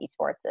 esports